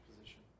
position